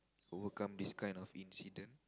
overcome this kind of incident